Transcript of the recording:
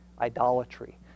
idolatry